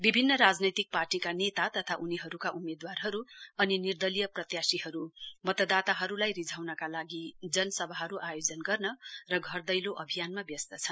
विभिन्न राजनैतिक पार्टीका नेता तथा उनीहरूका उम्मेदवारहरू अनि निर्दलीय प्रत्याशीहरू मतदाताहरूलाई रिझाउनका लागि जनसभाहरू आयोजन गर्न र घर दैलो अभियानमा व्यस्त छन्